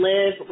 Live